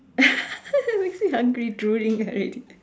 makes me hungry drooling already